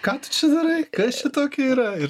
ką tu čia darai kas čia tokia yra ir